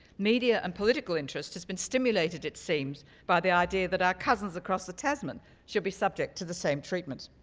media and political interest has been stimulated it seems by the idea that our cousins across the tasman should be subject to the same treatment.